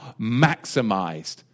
maximized